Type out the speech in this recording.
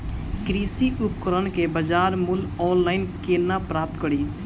कृषि उपकरण केँ बजार मूल्य ऑनलाइन केना प्राप्त कड़ी?